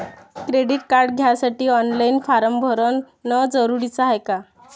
Credit card घ्यासाठी online form भरन जरुरीच हाय का?